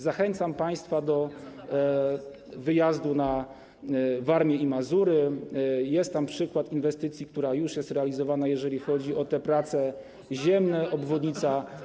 Zachęcam państwa do wyjazdu na Warmię i Mazury, jest tam przykład inwestycji, która już jest realizowana, jeżeli chodzi o te prace ziemne, obwodnica.